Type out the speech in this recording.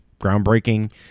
groundbreaking